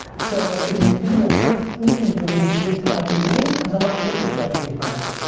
so like it's you know it's very easy for me to give to my community because i'm not looking for anything from them.